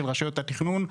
של רשויות התכנון.